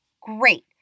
Great